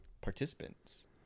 participants